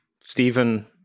Stephen